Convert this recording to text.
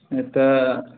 एतय